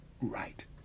right